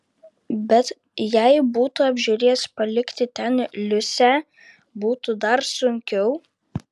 bet jei būtų apžiūrėjęs palikti ten liusę būtų dar sunkiau